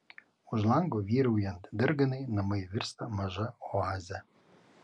už lango vyraujant darganai namai virsta maža oaze